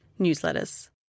newsletters